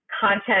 content